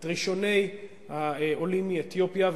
את ראשוני העולים מאתיופיה.